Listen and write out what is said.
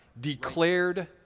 Declared